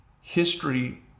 history